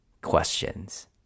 questions